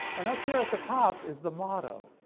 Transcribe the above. and up here at the top is the motto,